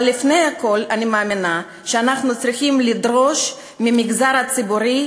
אבל לפני הכול אני מאמינה שאנחנו צריכים לדרוש מהמגזר הציבורי,